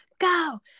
go